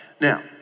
Now